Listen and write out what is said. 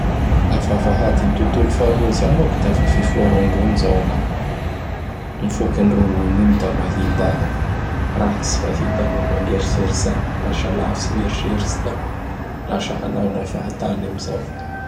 Laha vavahady ny tontolo faharoa izao moa k da fa fifoa rongony zao agnamiko. Mifoky an rongony igny da mahita raha tsy fahitan'olo an'eritseritsy agny. Lasa lavitsy gn'eritseritsy da lasa hanaonao fahantany am zao.